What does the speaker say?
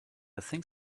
think